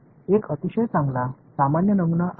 இந்த விஷயத்தில் x தெரியவில்லை